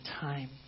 time